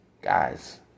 Guys